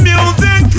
Music